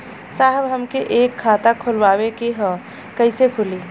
साहब हमके एक खाता खोलवावे के ह कईसे खुली?